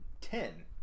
ten